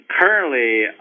currently